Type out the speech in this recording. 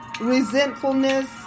resentfulness